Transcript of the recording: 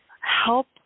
help